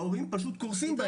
ההורים פשוט קורסים בעניין הזה.